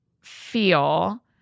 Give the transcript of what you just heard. feel